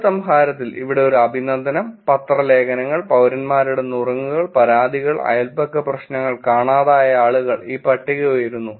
ഉപസംഹാരത്തിൽ ഇവിടെ ഒരു അഭിനന്ദനം പത്രം ലേഖനങ്ങൾ പൌരന്മാരുടെ നുറുങ്ങുകൾ പരാതികൾ അയൽപക്ക പ്രശ്നങ്ങൾ കാണാതായ ആളുകൾ ഈ പട്ടിക ഉയരുന്നു